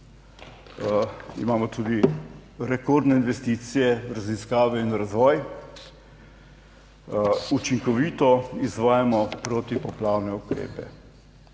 imamo tudi rekordne investicije v raziskave in razvoj. Učinkovito izvajamo protipoplavne ukrepe,